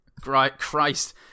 Christ